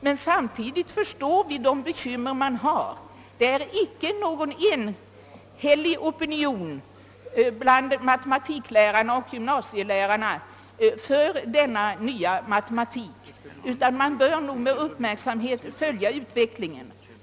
Men samtidigt förstår vi de bekymmer man har. Det finns ingen enhällig opinion bland matematiklärarna och gymnasielärarna för denna nya matematik. Man bör därför följa utvecklingen med uppmärksamhet.